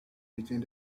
between